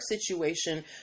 situation